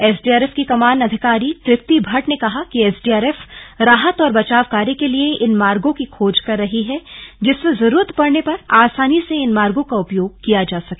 SDRF की कमान अधिकारी तृप्ति भट्ट ने कहा कि एसडीआरएफ राहत और बचाव कार्य के लिए इन मार्गो की खोज कर रही है जिससे जरुरत पड़ने पर आसानी से इन मार्गों का उपयोग किया जा सके